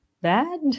bad